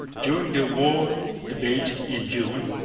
during the war debate in june,